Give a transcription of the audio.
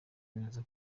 neza